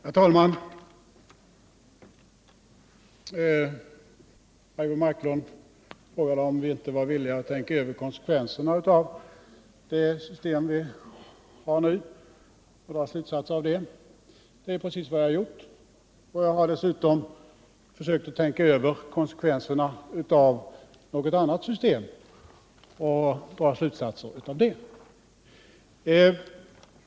Herr talman! Eivor Marklund frågade om vi inte var villiga att tänka över konsekvenserna av det system som vi nu har och dra slutsatser av dessa. Det är precis vad vi har gjort, och vi har dessutom försökt att tänka över vad som blir konsekvenserna av något annat system och försökt dra slutsatser därav.